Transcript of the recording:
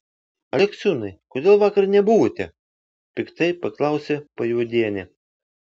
aleksiūnai kodėl vakar nebuvote piktai paklausė pajuodienė